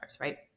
right